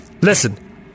Listen